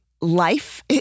life